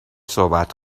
صحبت